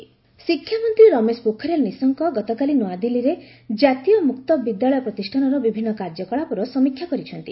ରମେଶ ପୋଖରିଆଲ୍ ଶିକ୍ଷାମନ୍ତ୍ରୀ ରମେଶ ପୋଖରିଆଲ ନିଶଙ୍କ ଗତକାଲି ନୂଆଦିଲ୍ଲୀରେ ଜାତୀୟ ମୁକ୍ତ ବିଦ୍ୟାଳୟ ପ୍ରତିଷ୍ଠାନର ବିଭିନ୍ନ କାର୍ଯ୍ୟକଳାପର ସମୀକ୍ଷା କରିଛନ୍ତି